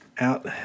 out